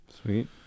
Sweet